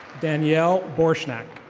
danielle borshnak.